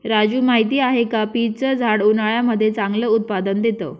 राजू माहिती आहे का? पीच च झाड उन्हाळ्यामध्ये चांगलं उत्पादन देत